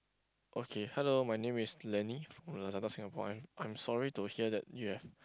okay hello my name is Lenny from Lazada Singapore I'm I'm sorry to hear that you have